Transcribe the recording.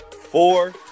Four